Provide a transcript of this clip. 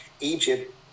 egypt